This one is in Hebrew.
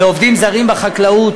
על עובדים זרים בחקלאות,